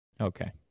Okay